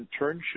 internship